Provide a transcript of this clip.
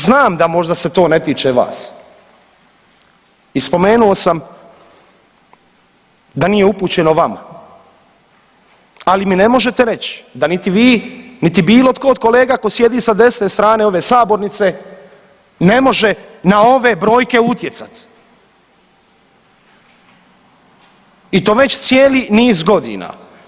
Znam da možda se to ne tiče vas i spomenuo sam da nije upućeno vama, ali mi ne možete reć da niti vi, niti bilo tko od kolega koji sjedi sa desne strane ove sabornice ne može na ove brojke utjecat i to već cijeli niz godina.